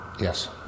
Yes